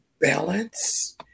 balance